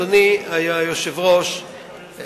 אדוני היושב-ראש,